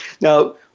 Now